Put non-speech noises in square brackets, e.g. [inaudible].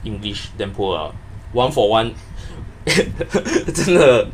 english damn poor ah one for one [laughs] 真的